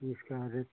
इसका रेट